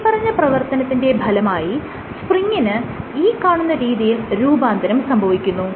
മേല്പറഞ്ഞ പ്രവർത്തനത്തിന്റെ ഫലമായി സ്പ്രിങിന് ഈ കാണുന്ന രീതിയിൽ രൂപാന്തരം സംഭവിക്കുന്നു